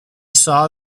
saw